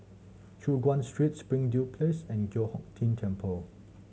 Choon Guan Street Spring Place and Giok Hong Tian Temple